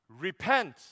Repent